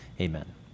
Amen